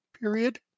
period